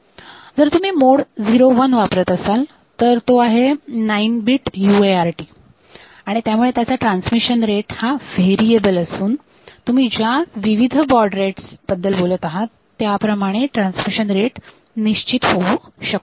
जर तुम्ही मोड 01 वापरत असाल तर तो आहे नाईन बीट UART आणि त्यामुळे याचा ट्रान्समिशन रेट हा व्हेरिएबल असून तुम्ही ज्या विविध बॉड रेट्स बद्दल बोलत आहात त्याप्रमाणे ट्रान्समिशन रेट निश्चित होऊ शकतो